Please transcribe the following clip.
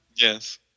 yes